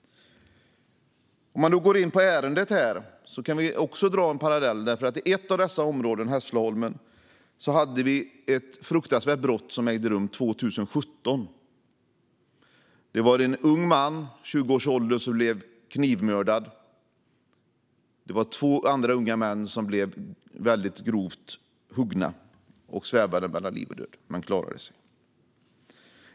Om man går in på dagens ärende kan också en parallell dras. I ett av dessa områden, Hässleholmen, ägde ett fruktansvärt brott rum 2017. En ung man i 20-årsåldern blev knivmördad, och två andra unga män blev väldigt svårt huggna och svävade mellan liv och död men klarade sig.